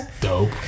dope